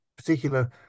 particular